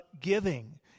giving